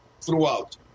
throughout